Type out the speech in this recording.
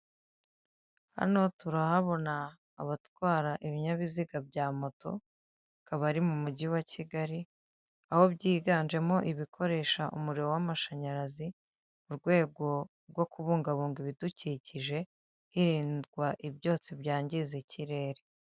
Hano turahabona abatwara ibinyabiziga bya moto, akaba ari mu mujyi wa kigali, aho byiganjemo ibikoresha umuriro w'amashanyarazi, mu rwego rwo kubungabunga ibidukikije hirindwa ibyotsi byangiza ikirere.